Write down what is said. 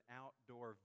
outdoor